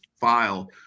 file